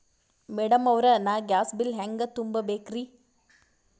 Madam ಅವ್ರ, ನಾ gas bill ಹೆಂಗ ತುಂಬಾ ಬೇಕ್ರಿ?